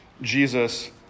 Jesus